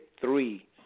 three